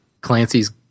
Clancy's